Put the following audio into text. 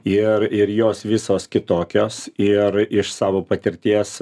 ir ir jos visos kitokios ir iš savo patirties